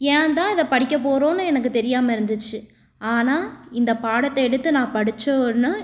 ஏன் தான் இதை படிக்கப்போகிறோன்னு எனக்கு தெரியாமல் இருந்துச்சு ஆனால் இந்தப் பாடத்தை எடுத்து நான் படிச்சவொன்னே